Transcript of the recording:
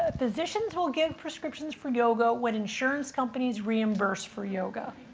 ah physicians will get prescriptions for yoga when insurance companies reimburse for yoga.